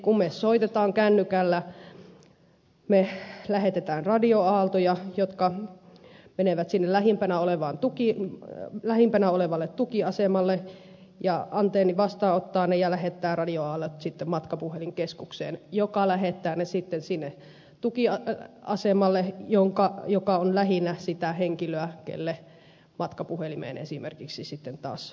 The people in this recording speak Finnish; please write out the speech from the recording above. kun me soitamme kännykällä lähetämme radioaaltoja jotka menevät lähimpänä olevalle tukiasemalle ja antenni vastaanottaa ne ja lähettää radioaallot sitten matkapuhelinkeskukseen joka lähettää ne sitten sinne tukiasemalle joka on lähinnä sitä henkilöä jolle matkapuhelimeen esimerkiksi sitten taas soitetaan